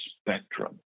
spectrum